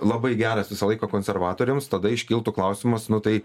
labai geras visą laiką konservatoriams tada iškiltų klausimas nu tai